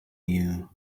you